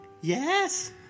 Yes